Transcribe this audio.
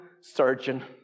surgeon